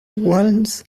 walls